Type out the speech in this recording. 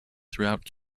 throughout